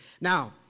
Now